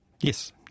Yes